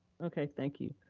okay, thank you.